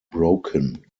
broken